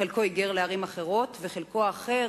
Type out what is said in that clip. חלקו היגר לערים אחרות וחלקו האחר